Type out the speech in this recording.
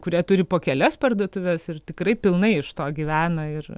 kurie turi po kelias parduotuves ir tikrai pilnai iš to gyvena ir